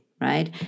right